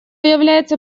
является